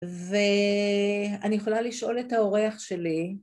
ו... אני יכולה לשאול את האורח שלי.